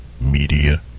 Media